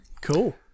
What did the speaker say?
Cool